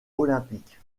olympiques